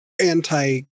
anti